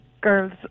girls